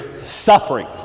suffering